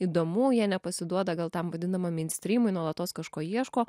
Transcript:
įdomu jie nepasiduoda gal tam vadinamam minstrymui nuolatos kažko ieško